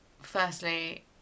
firstly